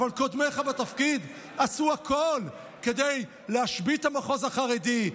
אבל קודמיך בתפקיד עשו הכול כדי להשבית את המחוז החרדי,